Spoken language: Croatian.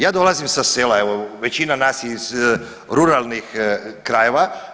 Ja dolazim sa sela, evo većina nas je iz ruralnih krajeva.